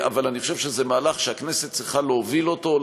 אבל אני חושב שזה מהלך שהכנסת צריכה להוביל אותו,